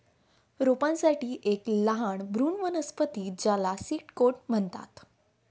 रोपांसाठी एक लहान भ्रूण वनस्पती ज्याला सीड कोट म्हणतात